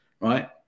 right –